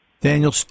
Daniel